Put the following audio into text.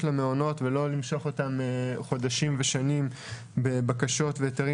למעונות ולא למשוך ואתם חודשים ושנים בבקשות והיתרים